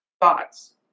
thoughts